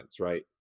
right